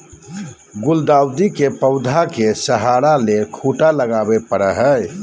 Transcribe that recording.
गुलदाऊदी के पौधा के सहारा ले खूंटा लगावे परई हई